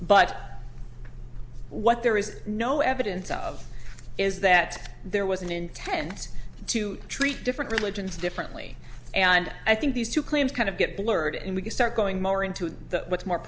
but what there is no evidence of is that there was an intent to treat different religions differently and i think these two claims kind of get blurred and we can start going more into it the